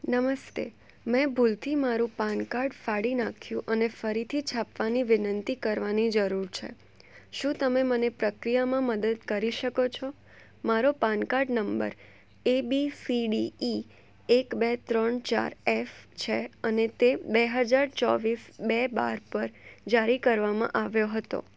નમસ્તે મેં ભૂલથી મારું પાનકાર્ડ ફાડી નાખ્યું અને ફરીથી છાપવાની વિનંતી કરવાની જરૂર છે શું તમે મને પ્રક્રિયામાં મદદ કરી શકો છો મારો પાનકાર્ડ નંબર એબીસીડીઇ એક બે ત્રણ ચાર એફ છે અને તે બે હજાર ચોવીસ બે બાર પર જારી કરવામાં આવ્યો હતો